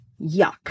Yuck